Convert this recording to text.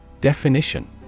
Definition